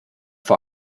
vor